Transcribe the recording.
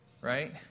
right